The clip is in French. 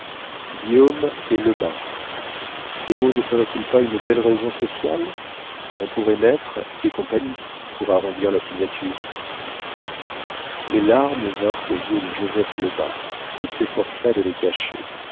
guillaume et lebas ces mots ne feraient ils pas une belle raison sociale on pourrait mettre et compagnie pour arrondir la signature les larmes vinrent aux yeux de joseph lebas qui s'efforça de les cacher